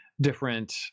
different